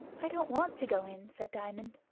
i don't want to go in, said diamond.